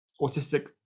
autistic